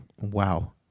Wow